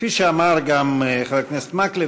כפי שאמר גם חבר הכנסת מקלב,